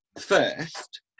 first